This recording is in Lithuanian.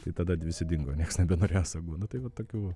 tai tada visi dingo nieks nebenorėjo sagų nu tai va tokių